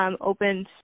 opened